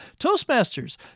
Toastmasters